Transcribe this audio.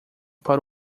para